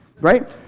right